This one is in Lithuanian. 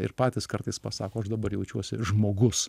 ir patys kartais pasako aš dabar jaučiuosi žmogus